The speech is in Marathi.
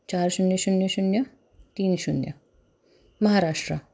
चार शून्य शून्य शून्य तीन शून्य महाराष्ट्र